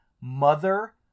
mother